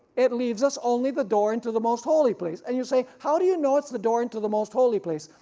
it leaves us only the door into the most holy place. and you say how do you know it's the door into the most holy place?